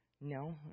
no